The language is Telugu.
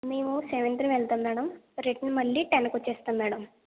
మేము సెవెంత్ వెళ్తాం మేడం రిటర్న్ మళ్ళీ టెన్త్కి వస్తాం మేడం